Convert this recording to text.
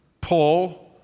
Paul